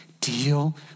deal